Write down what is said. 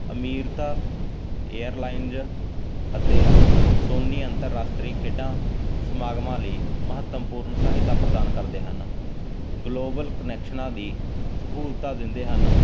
ਅਮੀਰਤਾ airlines ਅਤੇ Sony ਅੰਤਰਰਾਸ਼ਟਰੀ ਖੇਡਾਂ ਸਮਾਗਮਾਂ ਲਈ ਮਹੱਤਵਪੂਰਨ ਸਹਾਇਤਾ ਪ੍ਰਦਾਨ ਕਰਦੇ ਹਨ ਗਲੋਬਲ ਕਨੈਕਸ਼ਨਾਂ ਦੀ ਸਹੂਲਤਾਂ ਦਿੰਦੇ ਹਨ